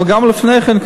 אבל גם לפני כן,